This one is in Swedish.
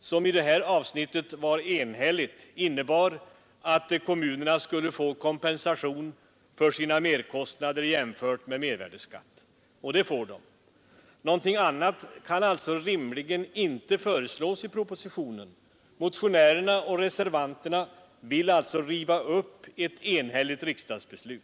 som i det här avsnittet var enhälligt, innebar att kommunerna skulle få kompensation för sina merkostnader, jämfört med mervärdeskatt, och det får de. Någonting annat kan rimligen inte föreslås i propositionen. Motionärerna och reservanterna vill alltså riva upp ett enhälligt riksdagsbeslut.